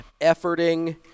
efforting